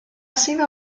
sido